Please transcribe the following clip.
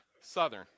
southern